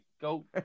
Go